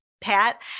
Pat